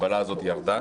המגבלה הזאת ירדה